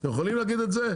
אתם יכולים להגיד את זה?